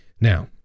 Now